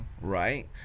Right